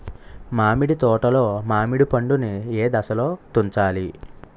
మామిడి తోటలో మామిడి పండు నీ ఏదశలో తుంచాలి?